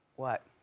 what?